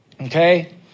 okay